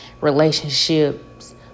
relationships